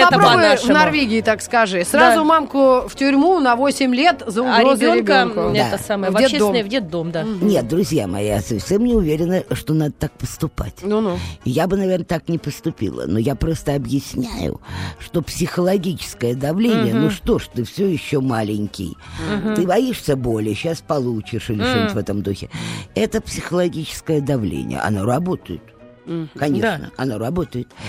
Вот Это попробуй в по-нашему. Норвегии, так скажи. Да. Сразу мамку в тюрьму на восемь лет за А угрозу ребёнка, ребёнку. м, это Да. самое, в В детдом. общественное, в детдом, да. Мгм. Нет, друзья мои, я совсем не уверена, что надо так поступать. Ну-ну. Я бы, наверно, так не поступила, но я просто объясняю, что психологическое давление, Мгм. ну что ж ты всё ещё маленький, Мгм. ты боишься боли, щас получишь или что-нибудь М. в этом духе. Это психологическое давление, оно работает. Мгм. Конечно, Да. оно работает.